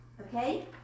Okay